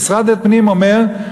משרד הפנים אומר,